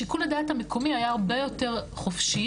שיקול הדעת המקומי היה הרבה יותר חופשי,